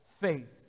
faith